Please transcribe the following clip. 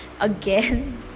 again